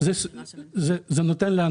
בעיות התפתחות,